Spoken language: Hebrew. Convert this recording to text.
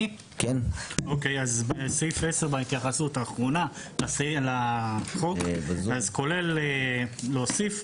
בסעיף 10 בהתייחסות האחרונה לחוק להוסיף: